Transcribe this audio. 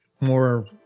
more